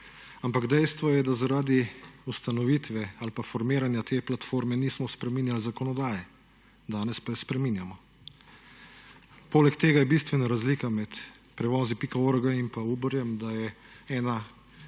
ampak dejstvo je, da zaradi ustanovitve ali formiranja te platforme nismo spreminjali zakonodaji, danes pa je spreminjamo. Poleg tega je bistvena razlika med prevozi.org in Uberje, da je ena